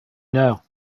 know